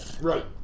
right